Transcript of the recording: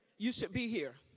you should be here.